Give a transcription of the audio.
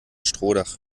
strohdach